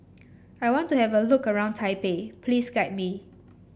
I want to have a look around Taipei please guide me